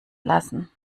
lassen